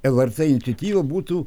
lrt iniciatyva būtų